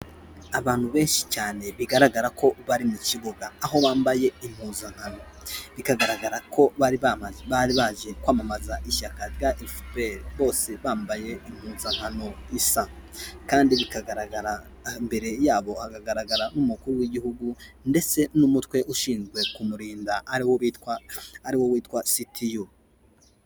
Abantu benshi cyane bigaragara ko bari mu kibuga aho bambaye impuzankano bikagaragara ko bari baje bagiye kwamamaza ishyaka rya efuperi bose bambaye impuzankano isa kandi imbere yabo hakagaragara umukuru w'igihugu ndetse n'umutwe ushinzwe kumurinda ari wo witwa sitiyu.